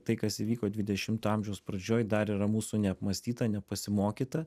tai kas įvyko dvidešimto amžiaus pradžioj dar yra mūsų neapmąstyta nepasimokyta